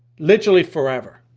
literally forever,